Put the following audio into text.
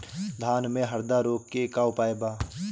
धान में हरदा रोग के का उपाय बा?